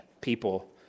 people